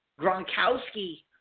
Gronkowski